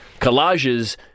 collages